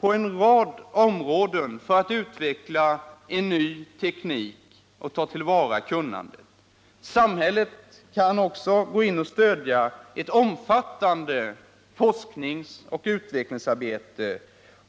på en rad områden, dären ny teknik kan utvecklas och kunnandet tillvaratas. Samhället kan gå in och stödja ett omfattande forskningsoch utvecklingsarbete.